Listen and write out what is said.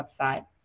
website